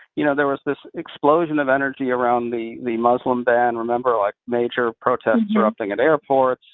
you know there was this explosion of energy around the the muslim ban, remember, like major protests erupting at airports,